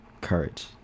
Courage